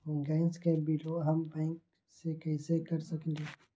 Gas के बिलों हम बैंक से कैसे कर सकली?